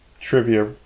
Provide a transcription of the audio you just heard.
trivia